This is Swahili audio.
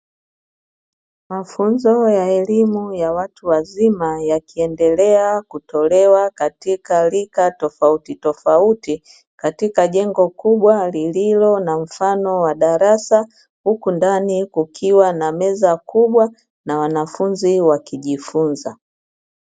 Mafunzo ya elimu ya watu wazima yakiendelea kutolewa katika rika tofautitofauti, katika jengo kubwa lililo na mfano wa darasa, huku ndani kukiwa na meza kubwa na wanafunzi wakijifunza.